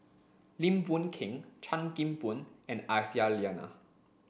Lim Boon Keng Chan Kim Boon and Aisyah Lyana